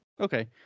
Okay